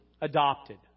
adopted